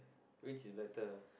which is better